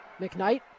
McKnight